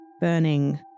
burning